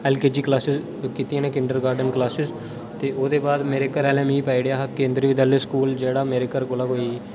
L K G classes कितियां न kindergarten classes ते ओह्दे बाद मेरे घरे आह्ले मिगी पाई ओड़ेआ हा केंद्रीय विद्यालय स्कूल जेह्ड़ा मेरे घरै कोला कोई